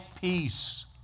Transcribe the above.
peace